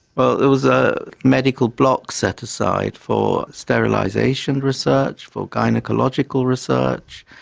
well it was a medical block set aside for sterilisation research, for gynaecological research,